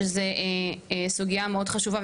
שזו סוגיה מאוד חשובה,